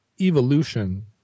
evolution